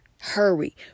Hurry